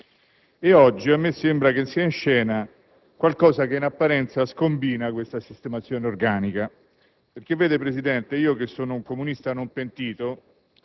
Oggi a me sembra che sia in scena qualcosa che in apparenza scombina questa sistemazione organica. Io che sono un comunista non pentito,